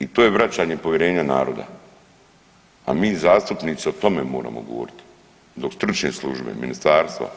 I to je vraćanje povjerenja naroda, a mi zastupnici o tome moramo govoriti dok stručne službe, ministarstva,